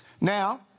Now